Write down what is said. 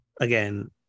again